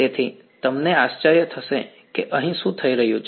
તેથી તમને આશ્ચર્ય થશે કે અહીં શું થઈ રહ્યું છે